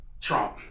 Trump